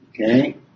Okay